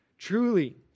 Truly